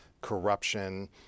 corruption